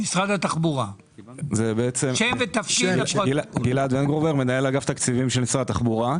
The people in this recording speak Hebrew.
אני מנהל אגף תקציבים